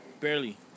Barely